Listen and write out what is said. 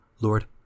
Lord